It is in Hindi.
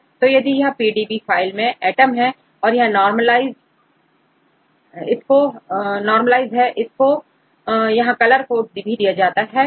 तो यदि यह PDB फाइल में एटम है और यह नॉर्मलईज इसको है और यहां कलर कोड भी दिया है